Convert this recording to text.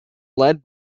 led